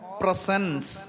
presence